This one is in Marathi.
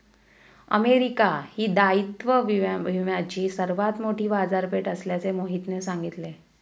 अमेरिका ही दायित्व विम्याची सर्वात मोठी बाजारपेठ असल्याचे मोहितने सांगितले